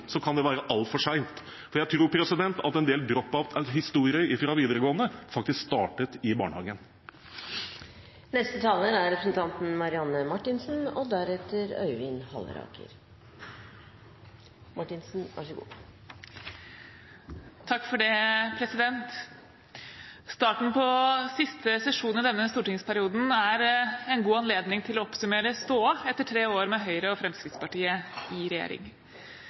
kan det være altfor sent. Jeg tror at en del drop-out-historier fra videregående faktisk startet i barnehagen. Starten på den siste sesjonen i denne stortingsperioden er en god anledning til å oppsummere stoda etter tre år med Høyre og Fremskrittspartiet i regjering.